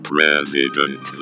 President